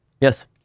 Yes